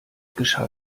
geschah